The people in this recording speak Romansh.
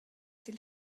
dil